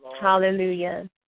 Hallelujah